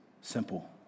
simple